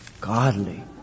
Godly